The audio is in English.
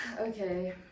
okay